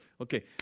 Okay